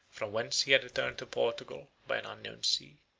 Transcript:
from whence he had returned to portugal by an unknown sea.